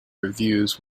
reviews